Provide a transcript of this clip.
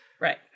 Right